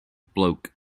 bloke